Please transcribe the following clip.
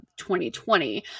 2020